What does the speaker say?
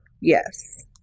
Yes